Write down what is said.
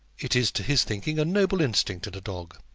it is, to his thinking, a noble instinct in a dog.